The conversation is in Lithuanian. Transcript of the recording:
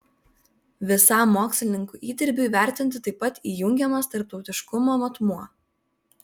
visam mokslininkų įdirbiui vertinti taip pat įjungiamas tarptautiškumo matmuo